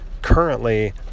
currently